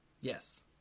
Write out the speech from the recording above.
Yes